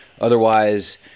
Otherwise